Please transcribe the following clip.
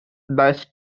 stars